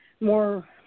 more